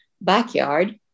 backyard